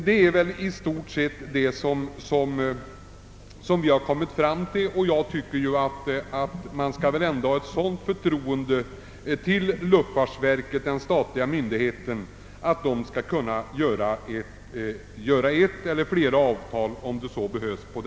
Man bör kunna hysa ett sådant förtroende för den statliga myndigheten, d.v.s. luftfartsverket, att den utan direkta anvisningar skall få träffa ett eller flera avtal om det behövs.